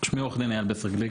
שמי עו"ד אייל בסרגליק,